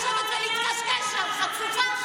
חבר הכנסת עופר כסיף, בבקשה.